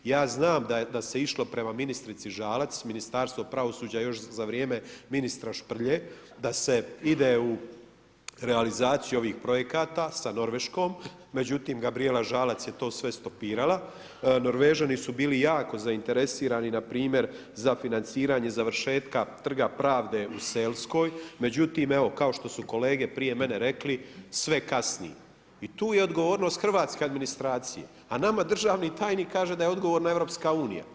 Ja znam da se išlo prema ministrici Žalac, Ministarstvo pravosuđa još za vrijeme ministra Šprlje, da se ide u realizaciju ovih projekata, sa Norveškom, međutim, Gabrijela Žalac je to sve stopirala, Norvežani su bili jako zainteresirani, npr. za financiranje završetka Trga Pravde u Selskoj, međutim, evo, kao što su kolege prije mene rekli, sve kasni i tu je odgovornost hrvatske administracije, a nama državni tajnik kaže da je odgovorna EU.